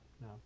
No